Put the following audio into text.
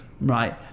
Right